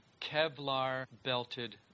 Kevlar-belted